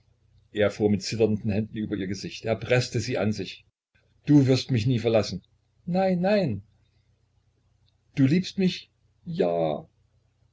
er fuhr mit zitternden händen über ihr gesicht er preßte sie an sich du wirst mich nie verlassen nein nein du liebst mich ja